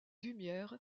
lumières